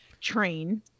train